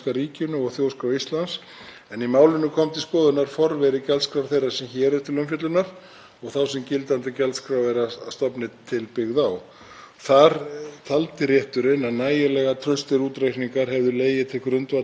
á: „Taldi rétturinn að nægilega traustir útreikningar hefðu legið til grundvallar þeim áætlunum, sem fjárhæð hlutaðeigandi gjalda byggði á, og að kostnaðarliðir hefðu verið í efnislegum tengslum við þá þjónustu sem gjaldtökunni væri ætlað að standa undir.